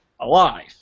alive